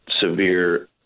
severe